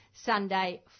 Sunday